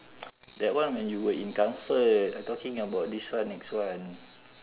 that one when you were in comfort I talking about this one next one